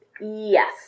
yes